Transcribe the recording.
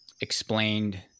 explained